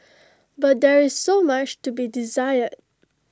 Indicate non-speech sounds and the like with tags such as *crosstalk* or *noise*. *noise* but there is so much to be desired